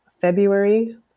February